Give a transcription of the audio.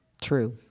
True